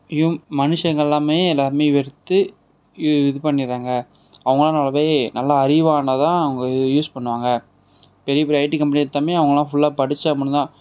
இவங்க மனுஷங்கள் எல்லாமே எல்லாருமே வெறுத்து இ இது பண்ணிடுறாங்கள் அவங்களாவே நல்லா அறிவானதாக அவங்க யூஸ் பண்ணுவாங்க பெரிய பெரிய ஐடி கம்பெனி எடுத்தாலுமே அவங்களா ஃபுல்லாக படிச்சால் மட்டும் தான்